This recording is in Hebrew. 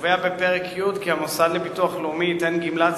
קובע בפרק י' כי המוסד לביטוח לאומי ייתן גמלת